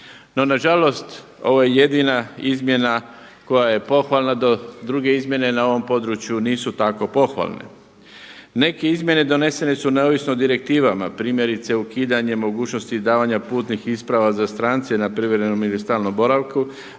na žalost ovo je jedina izmjena koja je pohvalna do druge izmjene na ovom području nisu tako pohvalne. Neke izmjene donesene su neovisno o direktivama, primjerice ukidanje mogućnosti i davanja putnih isprava za strance na privremenom ili stalnom boravku,